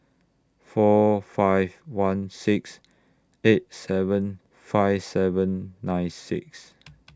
four five one six eight seven five seven nine six